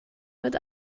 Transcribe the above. mit